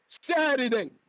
Saturday